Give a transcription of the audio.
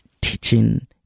teaching